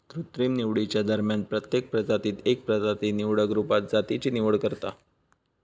कृत्रिम निवडीच्या दरम्यान प्रत्येक प्रजातीत एक प्रजाती निवडक रुपात जातीची निवड करता